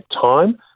time